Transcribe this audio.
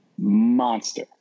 monster